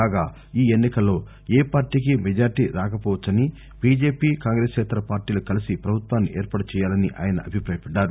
కాగా ఈ ఎన్నికల్లో ఏ పార్టీకి మెజారిటీ రాకపోవచ్చని బీజేపీ కాంగ్రెసేతర పార్టీలు కలసి పభుత్వాన్ని ఏర్పాటు చేయాలని ఆయన అభిపాయపడ్డారు